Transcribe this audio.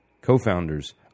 co-founders